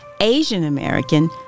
Asian-American